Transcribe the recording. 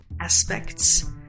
aspects